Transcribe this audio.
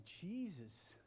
Jesus